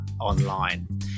online